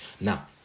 Now